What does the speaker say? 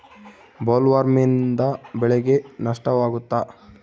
ಬೊಲ್ವರ್ಮ್ನಿಂದ ಬೆಳೆಗೆ ನಷ್ಟವಾಗುತ್ತ?